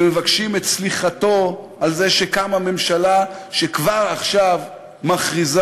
ומבקשים את סליחתו על זה שקמה ממשלה שכבר עכשיו מכריזה